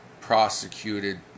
prosecuted